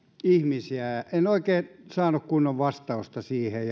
ihmisiä en oikein saanut kunnon vastausta siihen